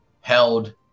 held